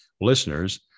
listeners